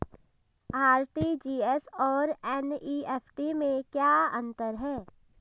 RTGS और NEFT में क्या अंतर है?